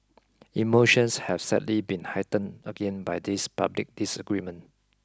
emotions have sadly been heightened again by this public disagreement